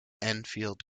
enfield